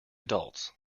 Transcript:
adults